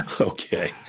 Okay